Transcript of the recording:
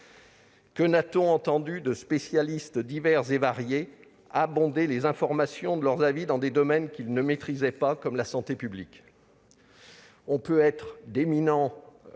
Que n'a-t-on entendu de la part de spécialistes divers et variés, qui inondaient les informations de leurs avis dans des domaines qu'ils ne maîtrisaient pas, comme la santé publique ?